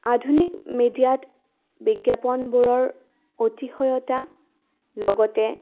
আধুনিক মিডিয়াত বিজ্ঞাপনবোৰৰ অতিসয়তা লগতে